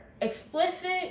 explicit